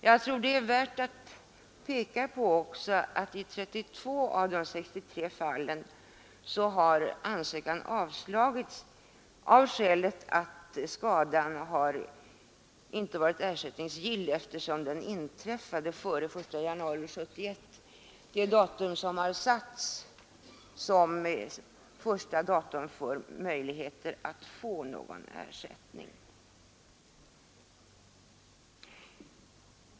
Jag tror också att detär värt att peka på att i 32 av de 63 fallen så har ansökan avslagits av det skälet att skadan inte varit ersättningsgill eftersom den inträffade före den 1 januari 1971, det datum som sattes som gräns för möjligheterna att få någon ersättning.